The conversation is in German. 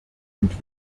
und